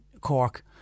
Cork